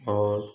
और